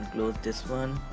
this one.